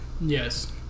Yes